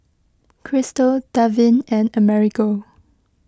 Christel Darvin and Amerigo